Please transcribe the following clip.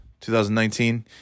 2019